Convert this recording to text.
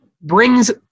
brings